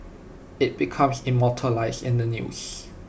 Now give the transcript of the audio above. IT becomes immortalised in the news